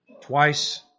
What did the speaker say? Twice